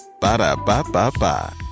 Ba-da-ba-ba-ba